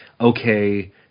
okay